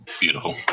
Beautiful